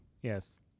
Yes